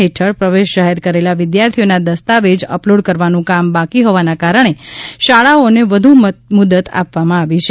હેઠળ પ્રવેશ જાહેર કરેલા વિદ્યાર્થીઓના દસ્તાવેજ અપલોડ કરવાનું કામ બાકી હોવાના કારણે શાળાઓને વધુ મુદત આપવામાં આવી છે